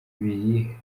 ibiri